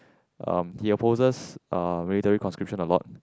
um he exposes uh military conscription a lot